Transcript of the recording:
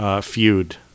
feud